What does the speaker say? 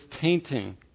tainting